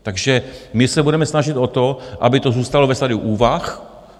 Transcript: Takže my se budeme snažit o to, aby to zůstalo ve stadiu úvah.